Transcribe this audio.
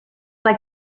like